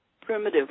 primitive